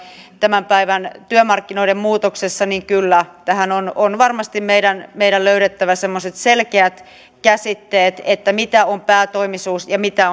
tämän päivän työmarkkinoiden muutoksessa kyllä tähän on on varmasti meidän meidän löydettävä selkeät käsitteet mitä on päätoimisuus ja mitä